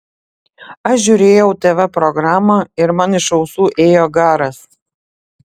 aš žiūrėjau tv programą ir man iš ausų ėjo garas